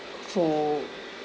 for